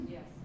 Yes